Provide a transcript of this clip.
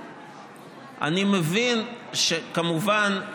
אני מבין שכמובן,